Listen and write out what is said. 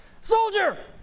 soldier